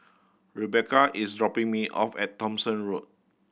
Rebecca is dropping me off at Thomson Road